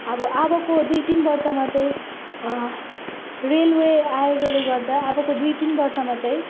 अब अबको दुई तिन वर्षमा चाहिँ रेलवे आएकोले गर्दा अबको दुई तिन वर्षमा चाहिँ